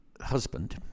husband